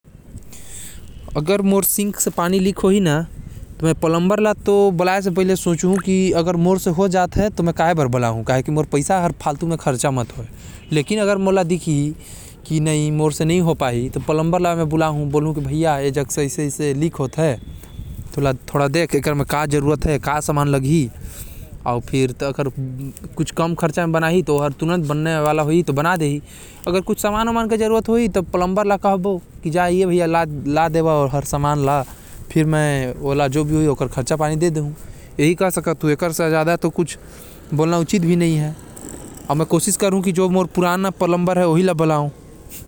मैं पलम्बर ला बोलहु की भइया देख दे तनि कहा से कैसे पानी गिरत है। ओके बना देबे, कुछु खराब होही तो बाहर से सामान ला के बना देबे अउ जो भी खर्चा पानी होही मोर से ले लेबे।